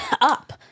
up